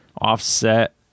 offset